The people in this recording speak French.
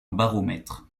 baromètre